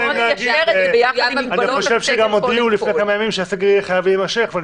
הודיעו לפני כמה ימים שהסגר יהיה חייב להימשך ואני